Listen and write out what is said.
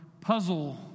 puzzle